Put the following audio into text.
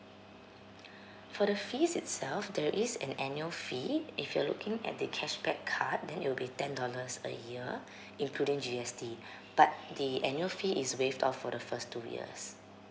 for the fees itself there is an annual fee if you're looking at the cashback card then it'll be ten dollars a year including G_S_T but the annual fee is waived off for the first two years